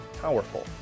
powerful